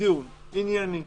דיון ענייני,